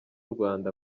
rwanda